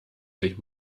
sich